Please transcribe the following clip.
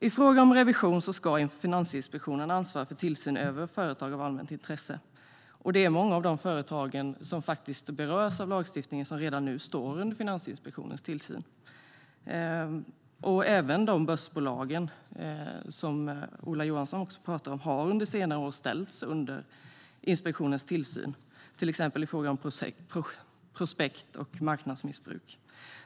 I fråga om revision ska Finansinspektionen ansvara för tillsyn över företag av allmänt intresse. Och det är många av de företag som faktiskt berörs av lagstiftningen som redan nu står under Finansinspektionens tillsyn. Även börsbolagen, som också Ola Johansson pratade om, har under senare år ställts under Finansinspektionens tillsyn, till exempel i fråga om prospekt och marknadsmissbruk.